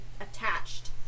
attached